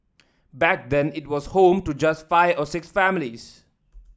back then it was home to just five or six families